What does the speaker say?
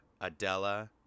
Adela